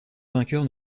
vainqueurs